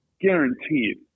guaranteed